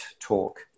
talk